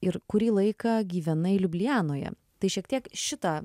ir kurį laiką gyvenai liublianoje tai šiek tiek šitą